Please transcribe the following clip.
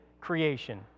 creation